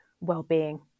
wellbeing